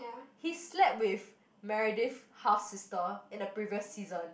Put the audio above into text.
he slept with Meredith half sister in the previous season